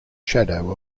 shadow